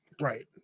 Right